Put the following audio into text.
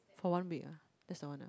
for one week ah that's the one